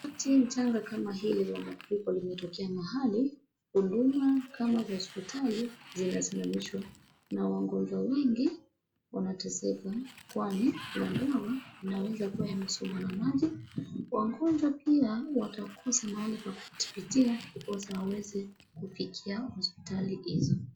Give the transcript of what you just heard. Wakati janga kama hili la mafuriko limetokea mahali, huduma kama za hospitali zinasimamishwa na wagonjwa wengi wanateseka kwani madawa yanaweza kuwa yamesombwa na maji. Wagonjwa pia watakosa mahali pa kupitapitia iposa waweze kufikia hospitali hizo.